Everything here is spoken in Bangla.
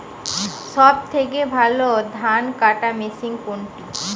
সবথেকে ভালো ধানকাটা মেশিন কোনটি?